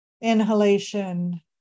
Inhalation